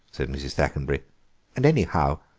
said mrs. thackenbury and, anyhow,